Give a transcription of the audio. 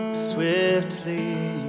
swiftly